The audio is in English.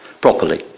properly